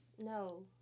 No